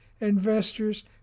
Investors